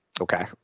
Okay